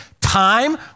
time